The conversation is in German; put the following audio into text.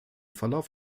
verlauf